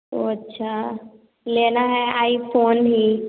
ओह अच्छा लेना है आईफ़ोन ही